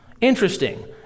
Interesting